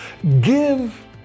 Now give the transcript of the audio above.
Give